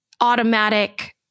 automatic